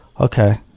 okay